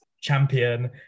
champion